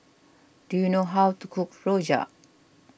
do you know how to cook Rojak